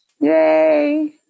Yay